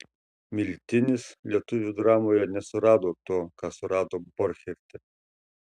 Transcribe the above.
miltinis lietuvių dramoje nesurado to ką surado borcherte